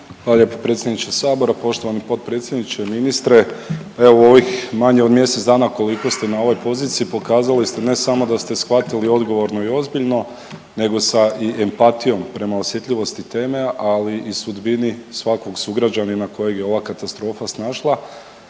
lijepo predsjedniče sabora. Poštovani potpredsjedniče i ministre, evo u ovih manje od mjesec dana koliko ste na ovoj poziciji pokazali ste ne samo da ste shvatili odgovorno i ozbiljno nego sa i empatijom prema osjetljivosti teme, ali i sudbini svakog sugrađanina kojeg je ova katastrofa snašla